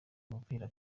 umupira